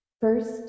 First